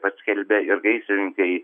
paskelbė ir gaisrininkai